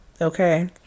Okay